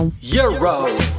euro